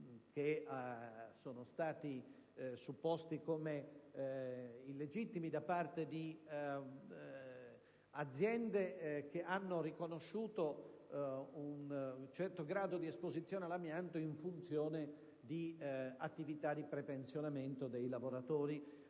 che sono stati supposti come illegittimi da parte di aziende che hanno riconosciuto un certo grado di esposizione all'amianto in funzione di attività di prepensionamento dei lavoratori,